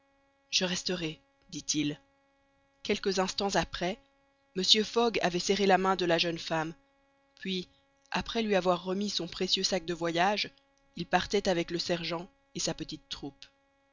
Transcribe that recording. je resterai dit-il quelques instants après mr fogg avait serré la main de la jeune femme puis après lui avoir remis son précieux sac de voyage il partait avec le sergent et sa petite troupe